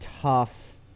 tough